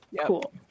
Cool